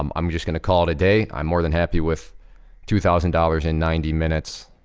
um i'm just gonna call it a day. i'm more than happy with two thousand dollars in ninety minutes.